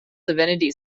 divinity